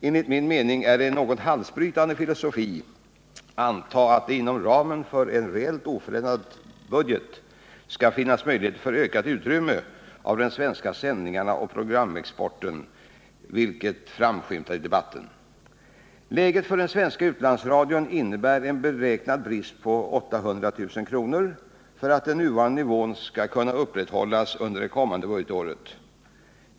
Enligt min mening är det en något halsbrytande filosofi att anta att det inom ramen för en reellt oförändrad budget skall finnas möjligheter för ökat utrymme för de svenska sändningarna och programexporten, vilket framskymtat i debatten. Läget för den svenska utlandsradion är en beräknad brist på 800 000 kr. om den nuvarande nivån skall upprätthållas under det kommande budgetåret.